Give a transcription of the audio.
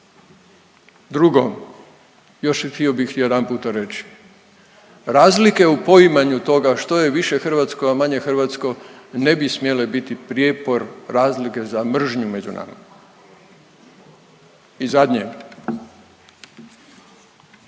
Drugo, još htio bih jedanputa reći razlike u poimanju toga što je više hrvatsko, a manje hrvatsko ne bi smjele biti prijepor, razlike za mržnju među nama. I zadnje.